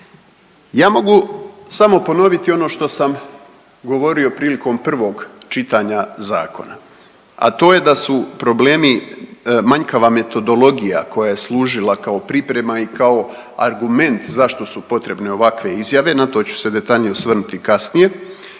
Ja mogu samo ponoviti ono što sam govorio prilikom prvog čitanja zakona, a to je da su problemi manjkava metodologija koja je služila kao priprema i kao argument zašto su potrebne ovakve izjave, na to ću se detaljnije osvrnuti kasnije